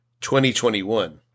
2021